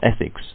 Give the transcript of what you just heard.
ethics